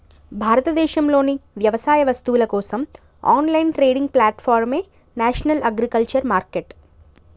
భారతదేశంలోని వ్యవసాయ వస్తువుల కోసం ఆన్లైన్ ట్రేడింగ్ ప్లాట్ఫారమే నేషనల్ అగ్రికల్చర్ మార్కెట్